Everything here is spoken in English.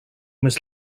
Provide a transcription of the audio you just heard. must